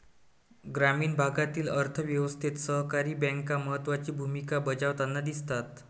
ग्रामीण भागातील अर्थ व्यवस्थेत सहकारी बँका महत्त्वाची भूमिका बजावताना दिसतात